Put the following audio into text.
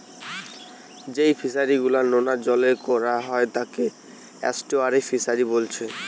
যেই ফিশারি গুলা নোনা জলে কোরা হয় তাকে এস্টুয়ারই ফিসারী বোলছে